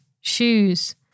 shoes